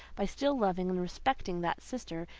by still loving and respecting that sister,